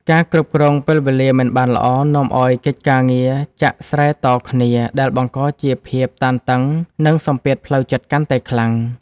ការគ្រប់គ្រងពេលវេលាមិនបានល្អ នាំឱ្យកិច្ចការងារចាក់ស្រែតគ្នា ដែលបង្កជាភាពតានតឹង និងសម្ពាធផ្លូវចិត្តកាន់តែខ្លាំង។